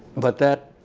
but that